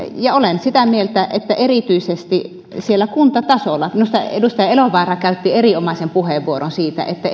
ja olen sitä mieltä että erityisesti siellä kuntatasolla minusta edustaja elovaara käytti erinomaisen puheenvuoron siitä että